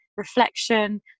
reflection